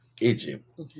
Egypt